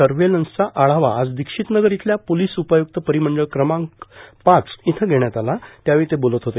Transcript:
सर्व्हेलन्सचा आढावा आज दीक्षित नगर इथल्या पोलीस उपायुक्त परिमंडळ क्रमांत पाच इथं घेण्यात आला त्यावेळी ते बोलत होते